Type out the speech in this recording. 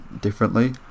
differently